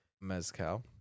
Mezcal